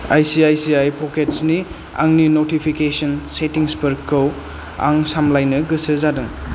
ICICI पकेट्सनि आंनि notification सेटिंसफोरखौ आं सामलायनो गोसो जादों